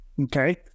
Okay